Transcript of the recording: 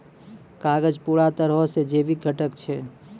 कागज पूरा तरहो से जैविक घटक छै